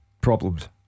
problems